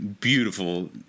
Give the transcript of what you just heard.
beautiful